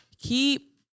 Keep